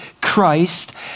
Christ